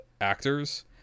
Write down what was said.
actors